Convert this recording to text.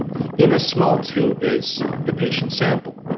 in a small tube is the patient sample,